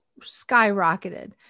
skyrocketed